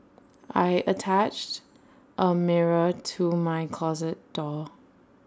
I attached A mirror to my closet door